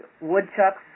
woodchucks